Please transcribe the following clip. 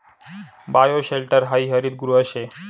bioshelter हायी हरितगृह शे